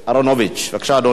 בבקשה, אנחנו